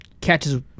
catches